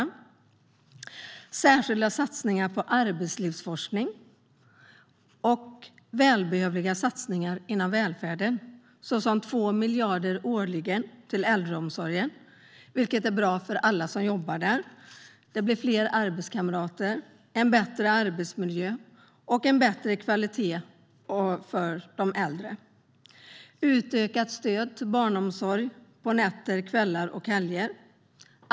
Det görs särskilda satsningar på arbetslivsforskning och välbehövliga satsningar inom välfärden, såsom 2 miljarder årligen till äldreomsorgen, vilket är bra för alla som jobbar där. Det blir fler arbetskamrater, en bättre arbetsmiljö och bättre kvalitet för de äldre. Det blir utökat stöd till barnomsorg på nätter, kvällar och helger.